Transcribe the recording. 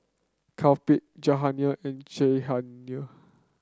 Kapil Jahangir and Jahangir